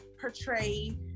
portray